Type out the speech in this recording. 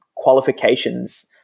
qualifications